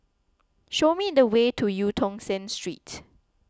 show me the way to Eu Tong Sen Street